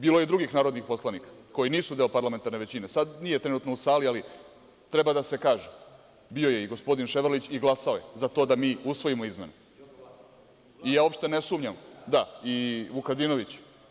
Bilo je i drugih narodnih poslanika koji nisu deo parlamentarne većine, sad nije trenutno u sali ali treba da se kaže, bio je i gospodin Ševarlić i glasao je za to da mi usvojimo izmene, i Vukadinović.